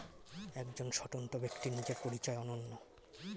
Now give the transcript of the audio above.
একজন স্বতন্ত্র ব্যক্তির নিজের পরিচয় অনন্য